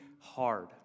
hard